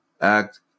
act